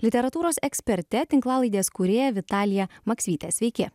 literatūros eksperte tinklalaidės kūrėja vitalija maksvyte sveiki